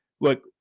look